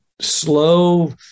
slow